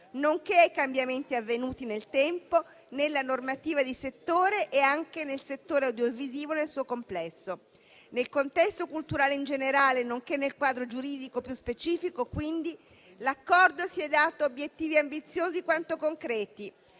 nonché ai cambiamenti avvenuti nel tempo nella normativa di settore e anche nel settore audiovisivo nel suo complesso. Nel contesto culturale in generale, nonché nel quadro giuridico più specifico, quindi, l'Accordo si è dato obiettivi ambiziosi quanto concreti;